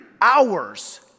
hours